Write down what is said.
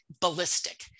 ballistic